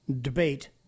debate